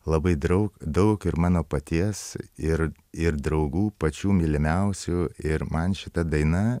labai draug daug ir mano paties ir ir draugų pačių mylimiausių ir man šita daina